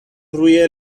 روی